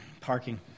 Parking